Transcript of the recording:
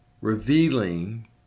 revealing